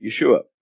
Yeshua